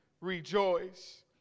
rejoice